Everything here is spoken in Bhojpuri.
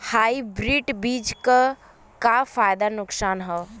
हाइब्रिड बीज क का फायदा नुकसान ह?